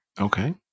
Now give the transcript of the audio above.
Okay